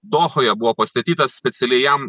dohoje buvo pastatytas specialiai jam